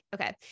Okay